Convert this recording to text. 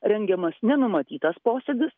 rengiamas nenumatytas posėdis